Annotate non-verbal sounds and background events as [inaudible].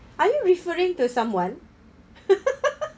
are you referring to someone [laughs]